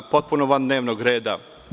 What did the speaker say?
Potpuno van dnevnog reda.